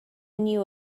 knew